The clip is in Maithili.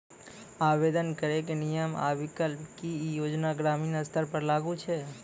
आवेदन करैक नियम आ विकल्प? की ई योजना ग्रामीण स्तर पर लागू छै?